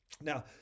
Now